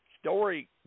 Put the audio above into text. Story